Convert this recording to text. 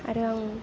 आरो आं